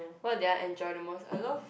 what did I enjoy the most I love